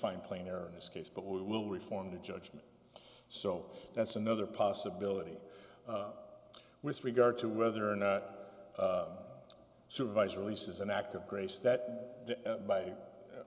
find plainer in this case but we will reform the judgement so that's another possibility with regard to whether or no supervised release is an act of grace that by